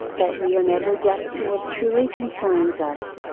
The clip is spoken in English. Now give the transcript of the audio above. that we are never deaf to what truly concerns us.